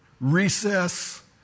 recess